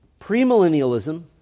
premillennialism